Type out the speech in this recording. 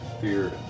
fear